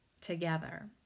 together